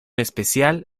especial